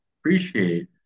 appreciate